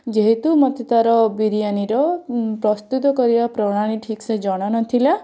ଯେହେତୁ ମୋତେ ତା'ର ବିରିୟାନୀର ପ୍ରସ୍ତୁତ କରିବା ପ୍ରଣାଳୀ ଠିକ୍ସେ ଜଣାନଥିଲା